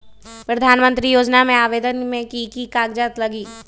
प्रधानमंत्री योजना में आवेदन मे की की कागज़ात लगी?